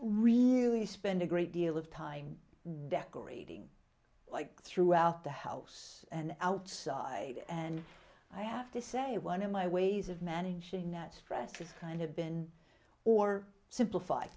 really spend a great deal of time decorating like throughout the house and outside and i have to say one of my ways of managing that stress is kind of been or simplified